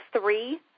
three